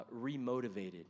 remotivated